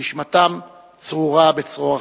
ונשמתם צרורה בצרור החיים.